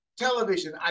Television